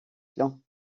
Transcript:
clans